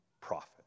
profit